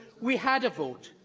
we had a vote.